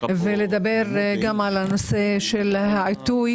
ולדבר גם על נושא העיתוי,